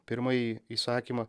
pirmąjį įsakymą